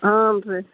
ಹಾಂ ರೀ